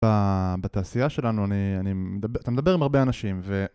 בתעשייה שלנו אני אתה מדבר עם הרבה אנשים ו...